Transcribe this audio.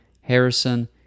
Harrison